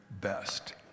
best